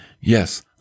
Yes